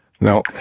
no